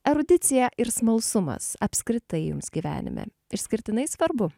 erudicija ir smalsumas apskritai jums gyvenime išskirtinai svarbu